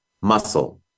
muscle